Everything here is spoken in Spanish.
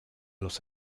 los